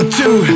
two